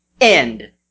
end